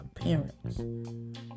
appearance